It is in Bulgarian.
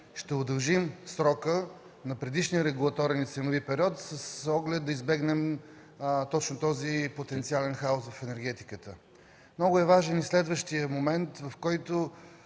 ще удължим срока на предишния регулаторен/ценови период с оглед да избегнем точно този потенциален хаос в енергетиката. Много важен е и следващият момент – как